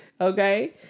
Okay